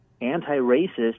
anti-racist